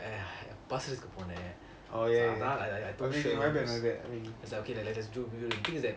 oh ya ya ya my bad my bad